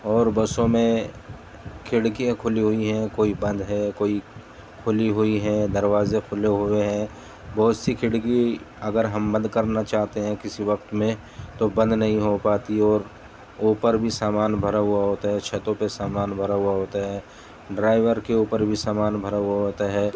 اور بسوں میں کھڑکیاں کھلی ہوئی ہیں کوئی بند ہے کوئی کھلی ہوئی ہیں دروازے کھلے ہوئے ہیں بہت سی کھڑکی اگر ہم بند کرنا چاہتے ہیں کسی وقت میں تو بند نہیں ہو پاتی اور اوپر بھی سامان بھرا ہوا ہوتا ہے چھتوں پہ سامان بھرا ہوا ہوتا ہے ڈرائیور کے اوپر بھی سامان بھرا ہوا ہوتا ہے